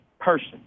person